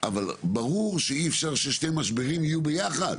אבל ברור שאי אפשר ששני משברים יהיו ביחד.